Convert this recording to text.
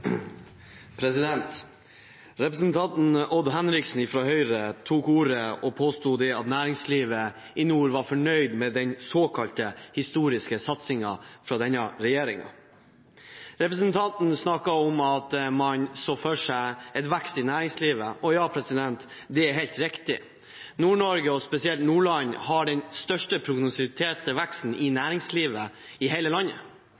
Representanten Odd Henriksen fra Høyre tok ordet og påsto at næringslivet i nord var fornøyd med den såkalte historiske satsingen fra denne regjeringen. Representanten snakket om at man så for seg en vekst i næringslivet. Ja, det er helt riktig. Nord-Norge og spesielt Nordland har den største prognostiserte veksten i næringslivet i hele landet.